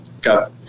got